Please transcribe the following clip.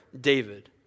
David